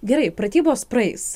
gerai pratybos praeis